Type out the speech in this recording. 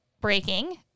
breaking